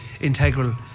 integral